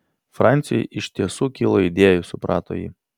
franciui iš tiesų kilo idėjų suprato ji